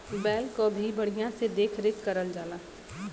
बैल क भी बढ़िया से देख रेख करल जाला